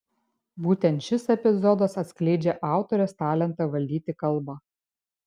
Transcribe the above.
būtent šis epizodas atskleidžią autorės talentą valdyti kalbą